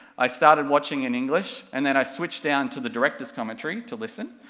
i started watching in english, and then i switched down to the director's commentary, to listen,